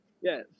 Yes